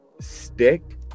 stick